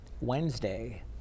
Wednesday